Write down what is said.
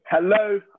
Hello